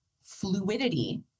fluidity